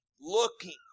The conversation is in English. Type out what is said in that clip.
Looking